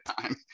time